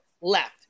left